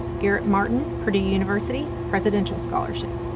garrett martin, purdue university, presidential scholarship.